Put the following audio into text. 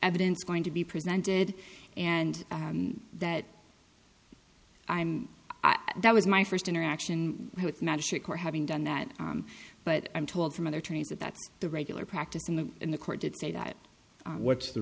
evidence going to be presented and that i'm that was my first interaction with magistrate court having done that but i'm told from other trains that that the regular practice in the in the court did say that what's the